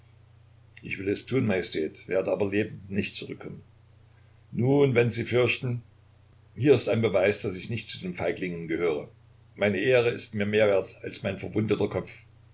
ich will es tun majestät werde aber lebend nicht zurückkommen nun wenn sie fürchten hier ist ein beweis daß ich nicht zu den feiglingen gehöre meine ehre ist mir mehr wert als mein verwundeter kopf